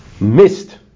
missed